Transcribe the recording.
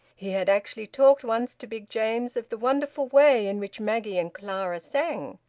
he had actually talked once to big james of the wonderful way in which maggie and clara sang,